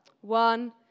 One